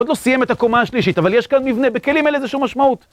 ‫עוד לא סיים את הקומה השלישית, ‫אבל יש כאן מבנה. ‫בכלים אין לזה שום משמעות.